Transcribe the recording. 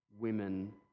women